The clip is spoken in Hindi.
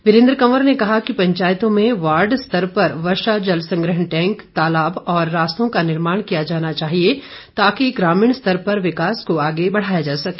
वीरेन्द्र कंवर ने कहा कि पंचायतों में वार्ड स्तर पर वर्षा जलसंग्रहण टैंक तालाब रास्ते का निर्माण कार्य किया जाना चाहिए ताकि ग्रामीण स्तर पर विकास को आगे बढाया जा सके